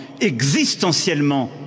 existentiellement